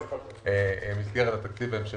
ושלחת מכתב לפני שבועיים לשר